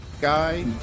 guy